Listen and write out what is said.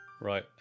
Right